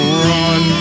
run